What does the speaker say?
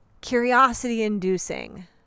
curiosity-inducing